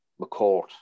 McCourt